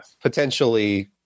potentially